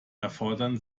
erfordern